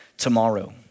tomorrow